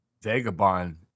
Vagabond